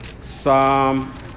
Psalm